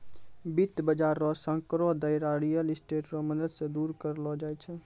वित्त बाजार रो सांकड़ो दायरा रियल स्टेट रो मदद से दूर करलो जाय छै